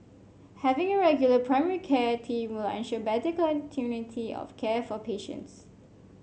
having a regular primary care team will ensure better continuity of care for patients